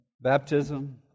Baptism